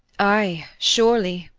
ay, surely,